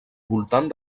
voltant